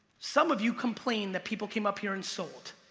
some of you complained that people came up here and sold.